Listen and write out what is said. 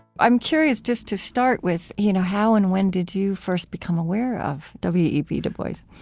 i'm curious, just to start with you know how and when did you first become aware of w e b. du bois?